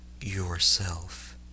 Yourself